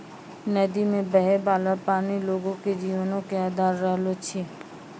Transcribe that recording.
नदी मे बहै बाला पानी लोगो के जीवनो के अधार रहलो छै